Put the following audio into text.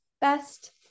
best